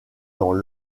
dans